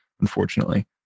unfortunately